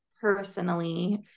personally